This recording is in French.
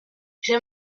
j’ai